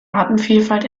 artenvielfalt